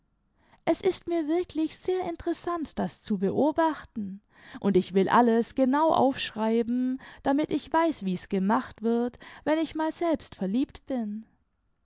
es ist mir wirklich sehr interessant das zu beobachten und ich will alles genau aufschreiben damit ich weiß wie's gemacht wird wenn ich mal selbst verliebt bin